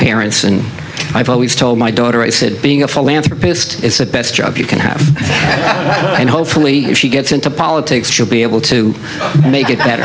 parents and i've always told my daughter i said being a philanthropist is the best job you can have and hopefully if she gets into politics she'll be able to make it ha